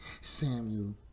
Samuel